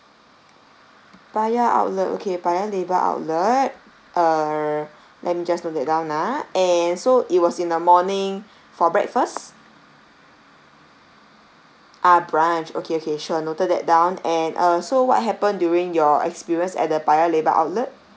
paya outlet okay paya lebar outlet uh let me just note that down ah and so it was in the morning for breakfast uh brunch okay okay sure noted that down and uh so what happened during your experience at the paya lebar outlet